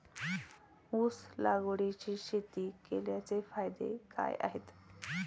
ऊस लागवडीची शेती केल्याचे फायदे काय आहेत?